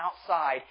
outside